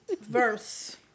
verse